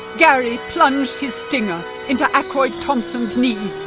gary plunged his stinger into ackroyd thompson's knee!